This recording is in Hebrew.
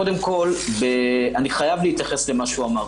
קודם כל, אני חייב להתייחס למה שהוא אמר.